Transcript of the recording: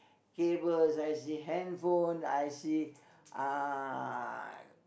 cables I see handphone I see uh